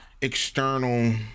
external